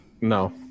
No